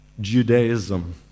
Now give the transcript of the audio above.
Judaism